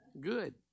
good